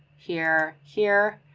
here, here.